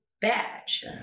badge